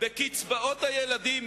בקצבאות הילדים,